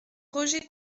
roger